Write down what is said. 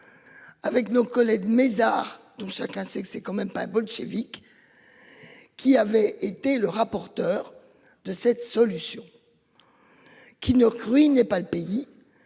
Avec nos collègues Mézard dont chacun sait que c'est quand même pas bolchévique. Qui avait été le rapporteur de cette solution. Qui ne crie n'est pas le pays.